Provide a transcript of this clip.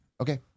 Okay